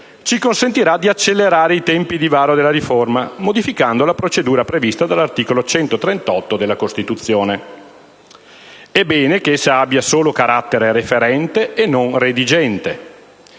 ci consentirà di accelerare i tempi di varo della riforma, modificando la procedura prevista dall'articolo 138 della Costituzione. È bene che essa abbia solo carattere referente e non redigente.